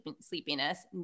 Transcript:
sleepiness